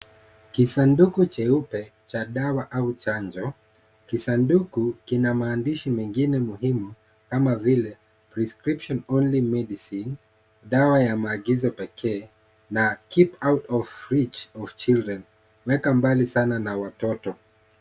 Kisanduku cheupe cha dawa au chanjo Kisanduku kina maandishi mengine muhimu kama vile prescription only medicine dawa ya maagizo pekee. Na [cs[keep out of reach of children weka mbali sana na watoto.